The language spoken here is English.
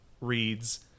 reads